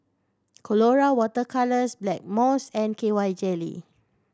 Colora Water Colours Blackmores and K Y Jelly